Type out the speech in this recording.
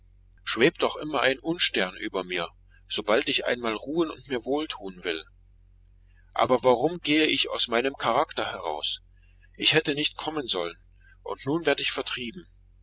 schwebt doch immer ein unstern über mir sobald ich einmal ruhen und mir wohltun will aber warum gehe ich aus meinem charakter heraus ich hätte nicht kommen sollen und nun werd ich vertrieben